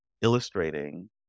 illustrating